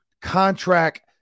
contract